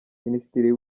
minisitiri